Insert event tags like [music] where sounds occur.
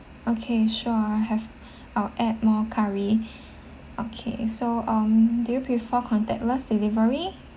okay sure I have I'll add more curry [breath] okay so um do you prefer contactless delivery